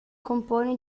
compone